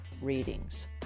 Readings